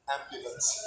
Ambulance